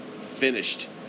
finished